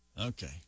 Okay